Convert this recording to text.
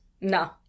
no